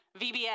VBS